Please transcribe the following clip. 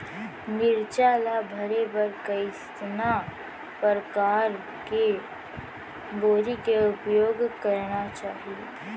मिरचा ला भरे बर कइसना परकार के बोरी के उपयोग करना चाही?